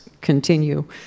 continue